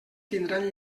tindran